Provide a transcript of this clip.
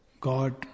God